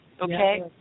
Okay